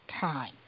time